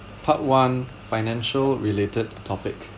part one financial related topic